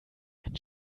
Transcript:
ein